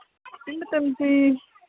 ꯍꯧꯖꯤꯛ ꯃꯇꯝꯁꯤ